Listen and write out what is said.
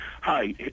Hi